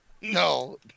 No